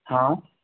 हाँ